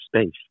space